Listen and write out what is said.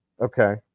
Okay